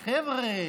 ג'ובים לחבר'ה.